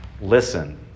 Listen